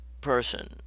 person